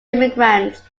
immigrants